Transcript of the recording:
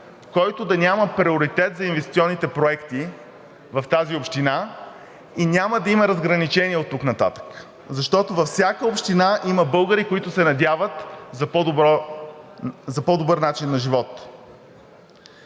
който да няма приоритет за инвестиционните проекти в тази община, и няма да има разграничения оттук нататък, защото във всяка община има българи, които се надяват за по-добър начин на живот.